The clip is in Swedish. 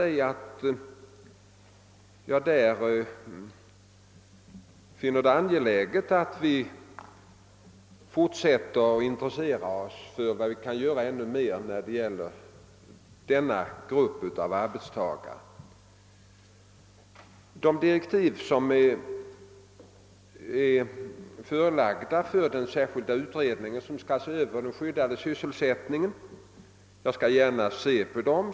Jag finner det angeläget att vi fortsätter att intressera oss för ytterligare åtgärder för denna grupp av arbetstagare, och jag skall gärna se över de direktiv som utarbetats för den särskilda utredning som skall ta upp frågan om den skyddade sysselsättningen.